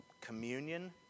communion